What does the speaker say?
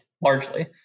largely